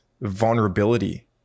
vulnerability